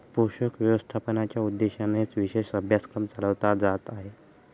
पोषक व्यवस्थापनाच्या उद्देशानेच विशेष अभ्यासक्रम चालवला जात आहे